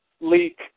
leak